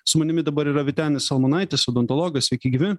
su manimi dabar yra vytenis almonaitis odontologas sveiki gyvi